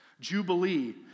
Jubilee